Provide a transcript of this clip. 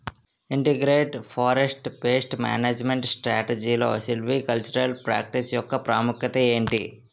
Integrated forest pest management స్ట్రాటజీలో silvicultural practice యెక్క ప్రాముఖ్యత ఏమిటి??